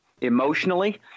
emotionally